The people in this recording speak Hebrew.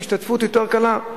שההשתתפות יותר קלה.